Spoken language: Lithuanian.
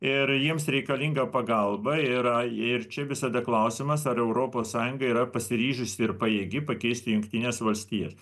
ir jiems reikalinga pagalba yra ir čia visada klausimas ar europos sąjunga yra pasiryžusi ir pajėgi pakeisti jungtines valstijas